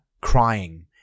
crying